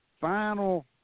final –